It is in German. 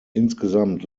insgesamt